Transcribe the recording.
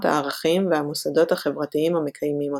הערכים והמוסדות החברתיים המקיימים אותם.